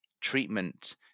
treatment